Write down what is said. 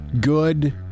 Good